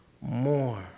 more